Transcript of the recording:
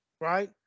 Right